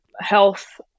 health